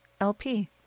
LP